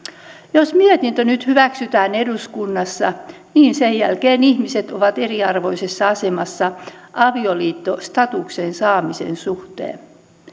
jos mietintö nyt hyväksytään eduskunnassa niin sen jälkeen ihmiset ovat eriarvoisessa asemassa avioliittostatuksen saamisen suhteen